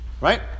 Right